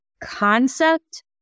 concept